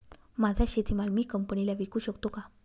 माझा शेतीमाल मी कंपनीला विकू शकतो का?